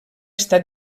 està